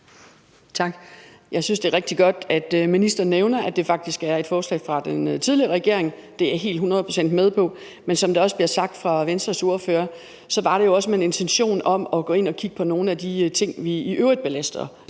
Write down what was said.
(KF): Jeg synes, det er rigtig godt, at ministeren nævner, at det faktisk er et forslag fra den tidligere regering – det er jeg helt hundrede procent med på – men som det også bliver sagt af Venstres ordfører, var det jo også med en intention om at gå ind og kigge på nogle af de ting, vi i øvrigt belaster